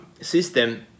system